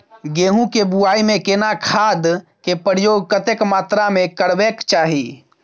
गेहूं के बुआई में केना खाद के प्रयोग कतेक मात्रा में करबैक चाही?